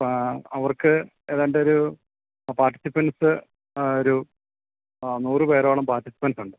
അപ്പം അവർക്ക് ഏതാണ്ടൊരു അ പാർട്ടിസിപ്പൻസ് ഒരു അ നൂറ് പേരോളം പാർട്ടിസിപ്പൻസുണ്ട്